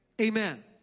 Amen